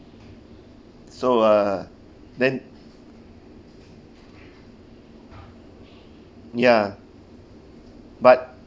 so ah then ya but